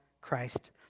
Christ